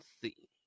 see